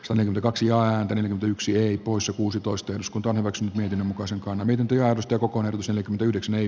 toinen kaksio ahvenen yksilöi poissa kuusitoista eduskunta hyväksyi mietinnön mukaan se on eniten työllistää koko nykyiselle yhdeksän ei